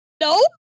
Nope